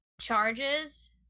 charges